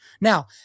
Now